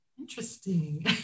interesting